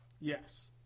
Yes